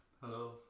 Hello